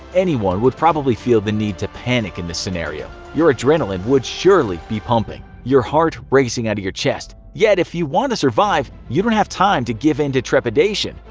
anyone would probably feel the need to panic in this scenario. your adrenaline would surely be pumping, your heart racing out of your chest. yet, if you want to survive, you don't have time to give in to trepidation.